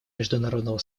международного